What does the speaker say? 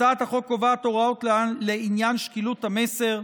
הצעת החוק קובעת הוראות לעניין שקילות המסר,